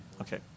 Okay